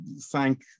thank